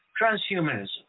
transhumanism